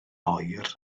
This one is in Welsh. oer